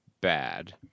bad